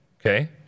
Okay